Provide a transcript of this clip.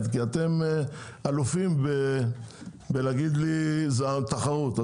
כי אתם אלופים בלהגיד לי שזו התחרות.